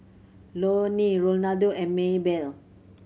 Loni Ronaldo and Maebell